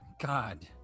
God